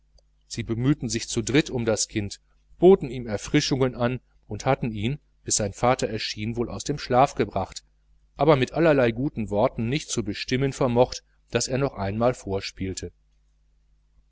sie bemühten sich zu dritt um das kind boten ihm erfrischungen an und hatten ihn bis sein vater erschien wohl aus dem schlaf gebracht aber mit allen guten worten nicht zu bestimmen vermocht daß er noch einmal vorspiele